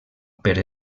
per